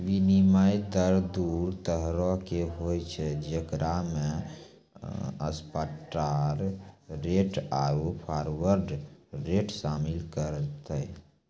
विनिमय दर दु तरहो के होय छै जेकरा मे स्पाट रेट आरु फारवर्ड रेट शामिल छै